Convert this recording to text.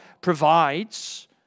provides